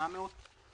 4.8 מיליון שקל.